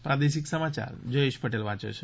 પ્રાદેશિક સમાયાર જયેશ પટેલ વાંચે છે